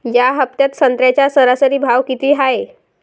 या हफ्त्यात संत्र्याचा सरासरी भाव किती हाये?